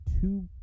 two